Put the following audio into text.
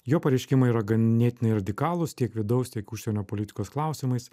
jo pareiškimai yra ganėtinai radikalūs tiek vidaus tiek užsienio politikos klausimais